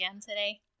today